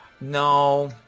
No